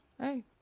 Hey